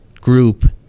group